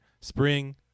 spring